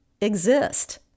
exist